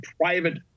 private